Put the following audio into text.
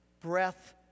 breath